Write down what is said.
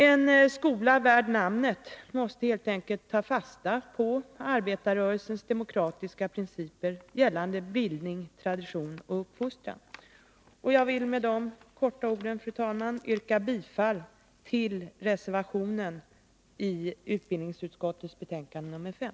En skola värd namnet måste helt enkelt ta fasta på arbetarrörelsens demokratiska principer för bildning och uppfostran samt i fråga om tradition. Jag vill, fru talman, med dessa få ord yrka bifall till reservation 1 i utbildningsutskottets betänkande 5.